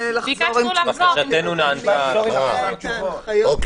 לחזור עם תשובות לגבי הגוף.